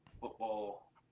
football